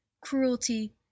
cruelty